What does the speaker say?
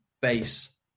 base